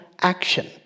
action